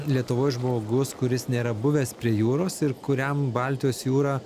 lietuvoj žmogus kuris nėra buvęs prie jūros ir kuriam baltijos jūra